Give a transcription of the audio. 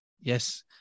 yes